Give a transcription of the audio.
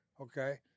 okay